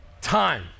time